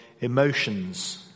emotions